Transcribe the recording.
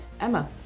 Emma